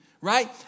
right